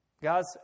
Guys